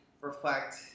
reflect